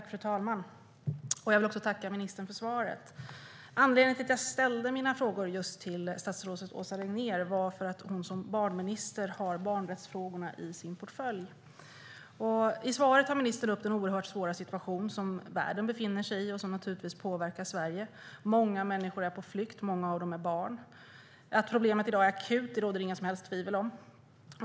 Fru talman! Jag vill tacka ministern för svaret. Anledningen till att jag ställde mina frågor just till statsrådet Åsa Regnér är att hon som barnminister har barnrättsfrågorna i sin portfölj. I svaret tar ministern upp den oerhört svåra situation som världen befinner sig i och som naturligtvis påverkar Sverige. Många människor är på flykt, och många av dem är barn. Att problemet i dag är akut råder det inga som helst tvivel om.